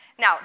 Now